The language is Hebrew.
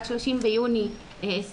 עד 30 ביוני 2021,